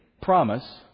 promise